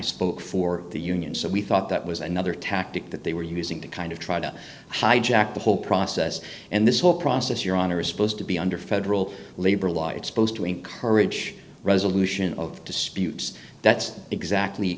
spoke for the union so we thought that was another tactic that they were using to kind of try to hijack the whole process and this whole process your honor is supposed to be under federal labor law it's supposed to encourage resolution of disputes that's exactly